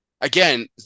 again